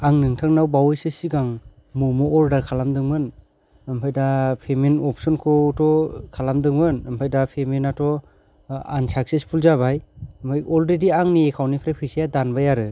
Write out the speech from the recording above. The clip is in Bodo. आं नोंथांनाव बावैसो सिगां मम' अर्दार खालामदोंमोन ओमफाय दा पेमेन्ट अपसनखौ थ' खालामदोंमोन ओमफाय दा पेमेन्टआथ' आन साक्चेसपुल जाबाय ओमफाय अलरेदि आंनि एकाउन्ट निफ्राय फैसाया दानबाय आरो